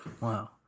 wow